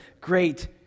great